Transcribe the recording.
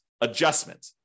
adjustment